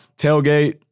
tailgate